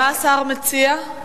מה השר מציע?